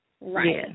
Right